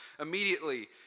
immediately